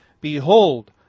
Behold